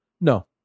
No